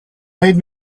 made